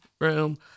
room